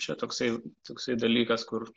čia toksai toksai dalykas kur